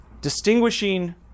distinguishing